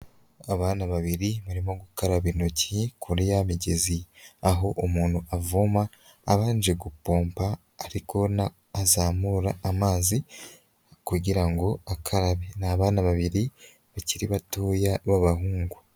Abana babiri barimo gukaraba intoki kuri ya migezi, aho umuntu avoma abanje gupompa, ari kubona azamura amazi, kugira ngo akarabe. Ni abana babiri bakiri batoya, b'abahungu.